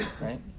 right